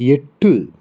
எட்டு